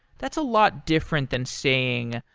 that's a lot different than saying,